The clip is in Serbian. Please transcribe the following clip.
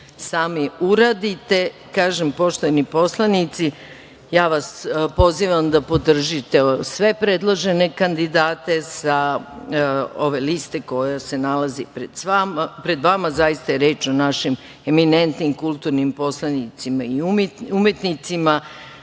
sami uradite. Poštovani poslanici, ja vas pozivam da podržite sve predložene kandidate sa ove liste koja se nalazi pred vama. Zaista je reč o našim eminentnim, kulturnim poslanicima i umetnicima.